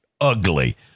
ugly